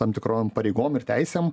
tam tikrom pareigom ir teisėm